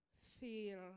feel